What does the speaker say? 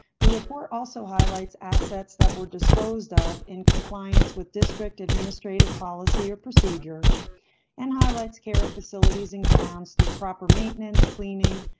the report also highlights assets that were disposed of in compliance with district administrative policy or procedure and highlights care facilities and grounds through proper maintenance, cleaning,